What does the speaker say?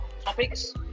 topics